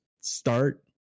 start